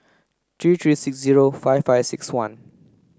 three three six zero five five six one